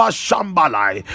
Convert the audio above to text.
shambalai